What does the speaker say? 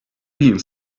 being